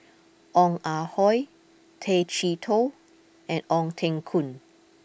Ong Ah Hoi Tay Chee Toh and Ong Teng Koon